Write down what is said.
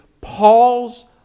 Paul's